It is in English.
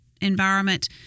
environment